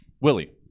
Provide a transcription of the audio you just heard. Willie